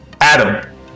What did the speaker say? Adam